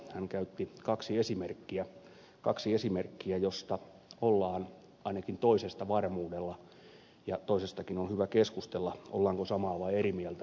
hän käytti kahta esimerkkiä joista ollaan ainakin toisesta varmuudella eri mieltä ja toisestakin on hyvä keskustella ollaanko samaa vai eri mieltä